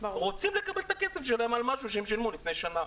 רוצים לקבל את הכסף שלהם על משהו שהם שילמו לפני שנה.